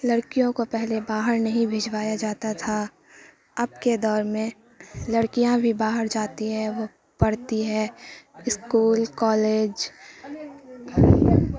لڑکیوں کو پہلے باہر نہیں بھجوایا جاتا تھا اب کے دور میں لڑکیاں بھی باہر جاتی ہیں وہ پڑتی ہیں اسکول کالج